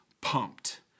pumped